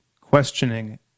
questioning